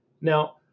Now